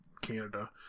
Canada